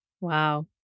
Wow